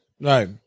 Right